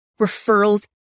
referrals